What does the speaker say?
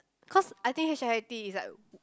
cause I think h_i_i_t is like